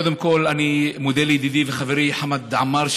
קודם כול אני מודה לידידי וחברי חמד עמאר,